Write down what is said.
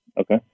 Okay